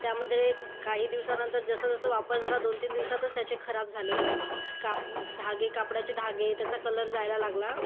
त्यामध्ये काही दिवसानंतर जसंजसं वापर झाला दोनतीन दिवसांतच त्याचे खराब झाले काप धागे कापडाचे धागे त्याचा कलर जायला लागला